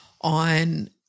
on